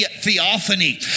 theophany